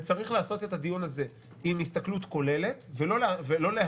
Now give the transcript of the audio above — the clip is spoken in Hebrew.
וצריך לעשות את הדיון הזה בהסתכלות כוללת ולא --- מה